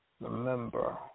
remember